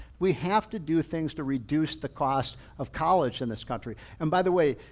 we have to do things to reduce the cost of college in this country. and by the way,